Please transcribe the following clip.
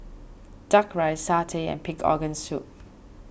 Duck Rice Satay and Pig's Organ Soup